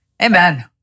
Amen